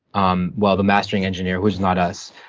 um well the mastering engineer, who is not us,